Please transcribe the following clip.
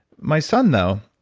my son though,